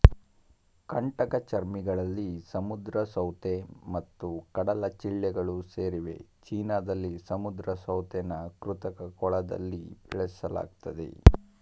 ಕಂಟಕಚರ್ಮಿಗಳಲ್ಲಿ ಸಮುದ್ರ ಸೌತೆ ಮತ್ತು ಕಡಲಚಿಳ್ಳೆಗಳು ಸೇರಿವೆ ಚೀನಾದಲ್ಲಿ ಸಮುದ್ರ ಸೌತೆನ ಕೃತಕ ಕೊಳದಲ್ಲಿ ಬೆಳೆಸಲಾಗ್ತದೆ